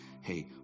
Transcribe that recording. hey